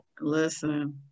listen